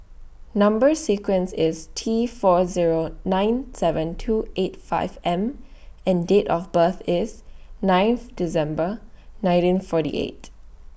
Number sequence IS T four Zero nine seven two eight five M and Date of birth IS ninth December nineteen forty eight